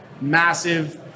massive